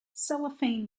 cellophane